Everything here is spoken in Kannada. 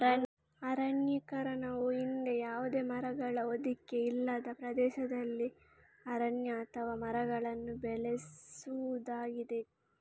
ಅರಣ್ಯೀಕರಣವು ಹಿಂದೆ ಯಾವುದೇ ಮರಗಳ ಹೊದಿಕೆ ಇಲ್ಲದ ಪ್ರದೇಶದಲ್ಲಿ ಅರಣ್ಯ ಅಥವಾ ಮರಗಳನ್ನು ಬೆಳೆಸುವುದಾಗಿದೆ